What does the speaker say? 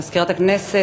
מזכירת הכנסת,